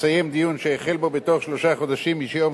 לסיים דיון שהחל בו בתוך שלושה חודשים מיום